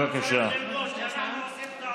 מישהו אחר צריך ללמוד שאנחנו עושים טעות.